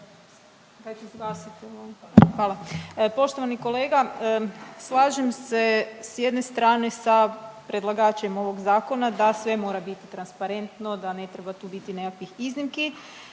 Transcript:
Hvala. Poštovani kolega slažem s jedne strane sa predlagačem ovog zakona da sve mora biti transparentno, da ne treba tu biti nekakvih iznimki.